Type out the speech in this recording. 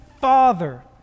father